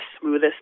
smoothest